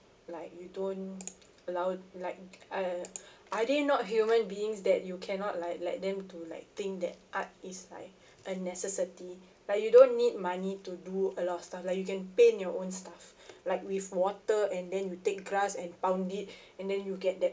like you don't allow like uh are they not human beings that you cannot like let them to like think that art is like unnecessity like you don't need money to do a lot of stuff like you can paint your own stuff like with water and then you take grass and pound it and then you get that